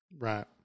right